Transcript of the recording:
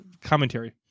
commentary